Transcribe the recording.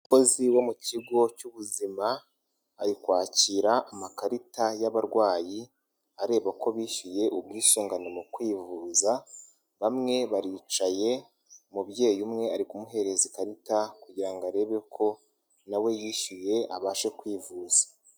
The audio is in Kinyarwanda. Umukozi bo mu kigo cy'ubuzima, ari kwakira amakarita y'abarwayi, areba ko bishyuye ubwisungane mu kwivuza, bamwe baricaye, umubyeyi umwe ari kumuhereza ikarita kugira ngo arebe ko nawe yishyuye abashe kwivuza.